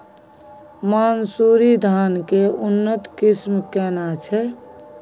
मानसुरी धान के उन्नत किस्म केना छै?